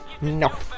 no